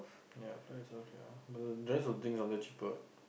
ya price but the rest of things down there cheaper [what]